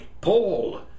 Paul